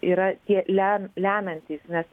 yra tie lem lemiantys nes